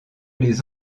les